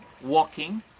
walking